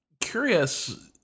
curious